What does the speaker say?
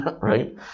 right